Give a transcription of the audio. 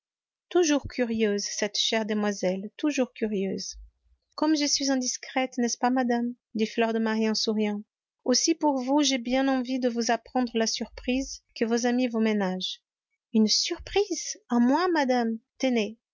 toujours curieuse cette chère demoiselle toujours curieuse comme je suis indiscrète n'est-ce pas madame dit fleur de marie en souriant aussi pour vous j'ai bien envie de vous apprendre la surprise que vos amis vous ménagent une surprise à moi madame tenez